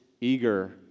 eager